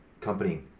company